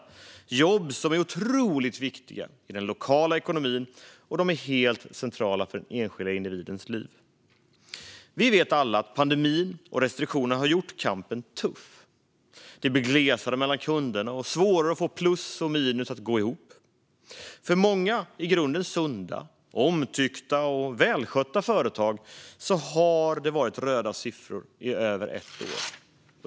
Det är jobb som är otroligt viktiga för den lokala ekonomin och helt centrala i den enskilda individens liv. Vi vet alla att pandemin och restriktionerna har gjort kampen tuff. Det blir glesare mellan kunderna och svårare att få plus och minus att gå ihop. För många i grunden sunda, omtyckta och välskötta företag har det varit röda siffror i över ett år.